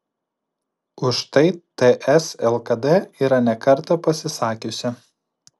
už tai ts lkd yra ne kartą pasisakiusi